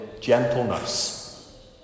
gentleness